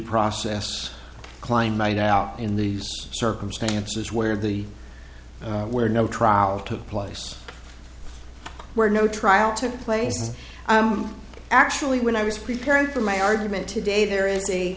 process kline made out in these circumstances where the where no trial took place where no trial took place actually when i was preparing for my argument today there is a